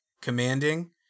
commanding